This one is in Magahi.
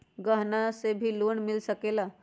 गहना से भी लोने मिल सकेला?